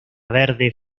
verde